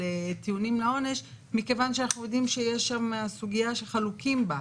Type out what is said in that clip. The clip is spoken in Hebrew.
טיעונים לעונש מכיוון שאנחנו יודעים שיש שם סוגיה שחלוקים בה.